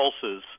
pulses